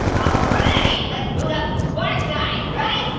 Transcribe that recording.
ah right, let's boot up some fartnite, right?